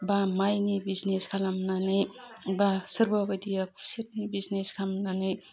बा माइनि बिजिनेस खालामनानै बा सोरबाबायदिया कुसेतनि बिजिनेस खालामनानै